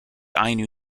ainu